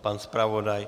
Pan zpravodaj?